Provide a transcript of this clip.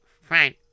fine